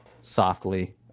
softly